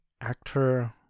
actor